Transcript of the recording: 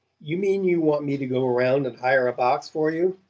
you mean you want me to go round and hire a box for you?